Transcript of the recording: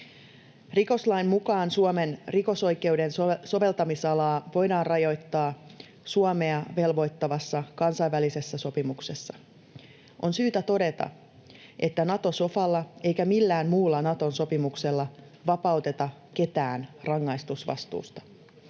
Rikoslain mukaan Suomen rikosoikeuden soveltamisalaa voidaan rajoittaa Suomea velvoittavassa kansainvälisessä sopimuksessa. On syytä todeta, että Nato-sofalla tai millään muulla Naton sopimuksella ei vapauteta ketään rangaistusvastuusta.